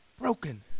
broken